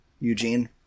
Eugene